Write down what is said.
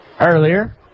earlier